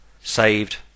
saved